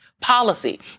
policy